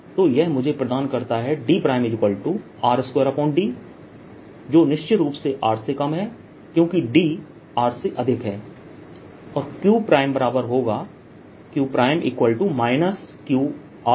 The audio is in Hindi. तो यह मुझे प्रदान करता है dR2d जो निश्चित रूप से R से कम है क्योंकि d R से अधिक है और q बराबर होगा q qRd